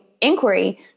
inquiry